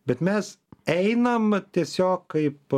bet mes einam tiesiog kaip